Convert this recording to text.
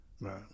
right